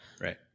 Right